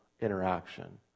interaction